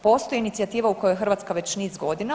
Postoji inicijativa u kojoj je Hrvatska već niz godina.